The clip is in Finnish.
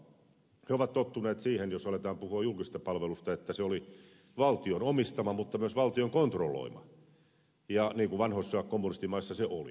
he ovat tottuneet siihen jos aletaan puhua julkisesta palvelusta että se oli valtion omistama mutta myös valtion kontrolloima niin kuin vanhoissa kommunistimaissa se oli